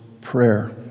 prayer